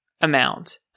amount